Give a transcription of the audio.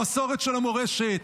המסורת של המורשת.